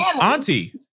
auntie